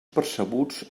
percebuts